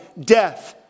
death